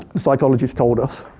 the psychologists told us,